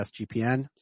SGPN